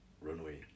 Runway